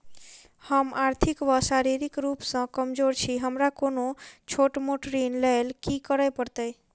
हम आर्थिक व शारीरिक रूप सँ कमजोर छी हमरा कोनों छोट मोट ऋण लैल की करै पड़तै?